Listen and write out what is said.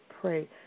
pray